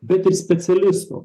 bet ir specialistų